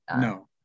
No